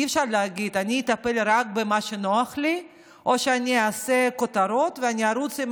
אי-אפשר להגיד: אני אטפל רק במה שנוח לי או אני אעשה כותרות ואני ארוץ.